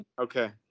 Okay